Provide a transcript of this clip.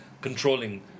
controlling